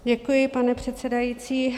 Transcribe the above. Děkuji, pane předsedající.